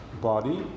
body